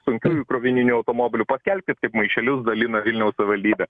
sunkiųjų krovininių automobilių paskelbkit kaip maišelius dalina vilniaus savivaldybė